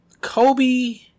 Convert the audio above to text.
Kobe